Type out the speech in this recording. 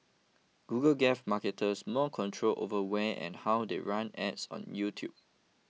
Google gave marketers more control over when and how they run ads on YouTube